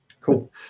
Cool